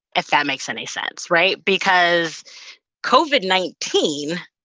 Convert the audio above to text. if that makes any sense, right? because covid nineteen